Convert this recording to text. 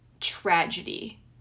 tragedy